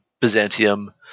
Byzantium